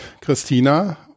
Christina